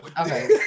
okay